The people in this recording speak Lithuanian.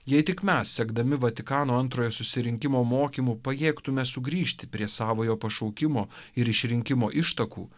jei tik mes sekdami vatikano antrojo susirinkimo mokymu pajėgtume sugrįžti prie savojo pašaukimo ir išrinkimo ištakų